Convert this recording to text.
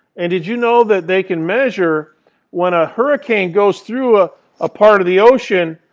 and did you know that they can measure when a hurricane goes through ah a part of the ocean,